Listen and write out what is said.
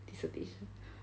dissertation